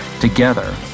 Together